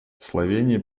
словения